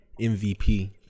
MVP